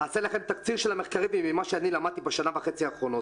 אעשה לכם תקציר של המחקרים ממה שלמדתי בשנה וחצי האחרונות.